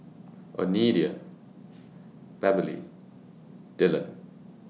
Oneida Beverly Dillon